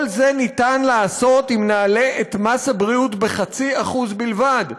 את כל זה אפשר לעשות אם נעלה את מס הבריאות ב-0.5% בלבד.